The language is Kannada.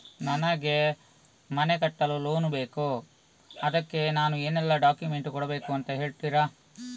ನನಗೆ ಮನೆ ಕಟ್ಟಲು ಲೋನ್ ಬೇಕು ಅದ್ಕೆ ನಾನು ಏನೆಲ್ಲ ಡಾಕ್ಯುಮೆಂಟ್ ಕೊಡ್ಬೇಕು ಅಂತ ಹೇಳ್ತೀರಾ?